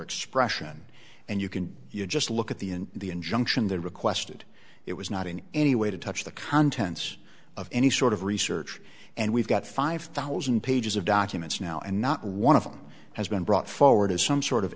expression and you can you just look at the in the injunction they requested it was not in any way to touch the contents of any sort of research and we've got five thousand pages of documents now and not one of them has been brought forward as some sort of